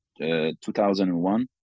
2001